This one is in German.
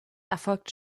erfolgte